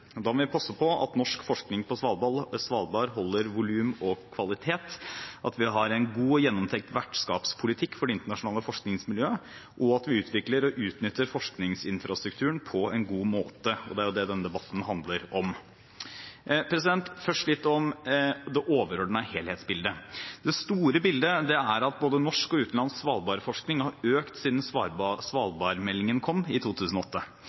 forskningsinfrastrukturen. Da må vi passe på at norsk forskning på Svalbard holder volum og kvalitet, at vi har en god og gjennomtenkt vertskapspolitikk for det internasjonale forskningsmiljøet, og at vi utvikler og utnytter forskningsinfrastrukturen på en god måte. Det er det denne debatten handler om. Først litt om det overordnede helhetsbildet: Det store bildet er at både norsk og utenlandsk svalbardforskning har økt siden svalbardmeldingen kom i 2008.